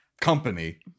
company